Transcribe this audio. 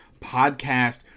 podcast